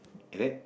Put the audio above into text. is it